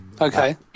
Okay